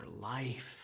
life